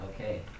okay